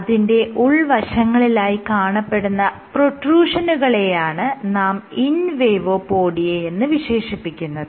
അതിന്റെ ഉൾവശങ്ങളിലായി കാണപ്പെടുന്ന പ്രൊട്രൂഷനുകളെയാണ് നാം ഇൻവേഡോപോഡിയയെന്ന് വിശേഷിപ്പിക്കുന്നത്